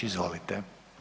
Izvolite.